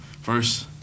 first